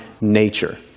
nature